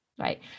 Right